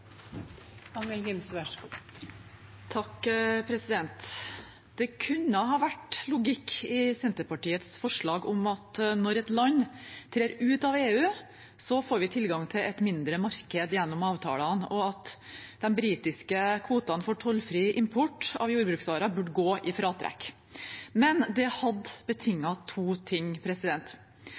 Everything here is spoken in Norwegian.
Det kunne ha vært logikk i Senterpartiets forslag om at når et land trer ut av EU, får vi tilgang til et mindre marked gjennom avtalene, og at de britiske kvotene for tollfri import av jordbruksvarer burde gå i fratrekk. Men det hadde betinget to ting: